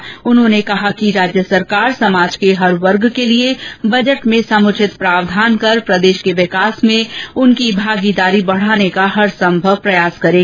इस मौके पर मुख्यमंत्री ने कहा कि राज्य सरकार समाज के हर वर्ग के लिए बजट में समुचित प्रावधान कर प्रदेश के विकास में उनकी भागीदारी बढ़ाने का हर संभव प्रयास करेगी